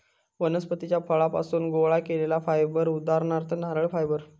वनस्पतीच्या फळांपासुन गोळा केलेला फायबर उदाहरणार्थ नारळ फायबर